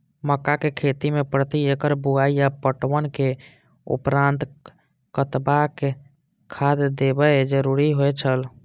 मक्का के खेती में प्रति एकड़ बुआई आ पटवनक उपरांत कतबाक खाद देयब जरुरी होय छल?